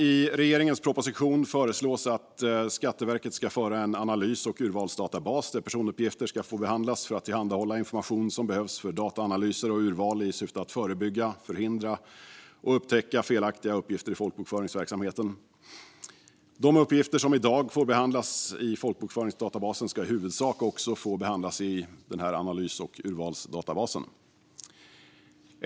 I regeringens proposition föreslås att Skatteverket ska föra en analys och urvalsdatabas, där personuppgifter ska få behandlas för att tillhandahålla information som behövs för dataanalyser och urval i syfte att förebygga, förhindra och upptäcka felaktiga uppgifter i folkbokföringsverksamheten. De uppgifter som i dag får behandlas i folkbokföringsdatabasen ska i huvudsak också få behandlas i analys och urvalsdatabasen.